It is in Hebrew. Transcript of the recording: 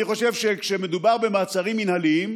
אני חושב שכשמדובר במעצרים מינהליים,